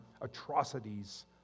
atrocities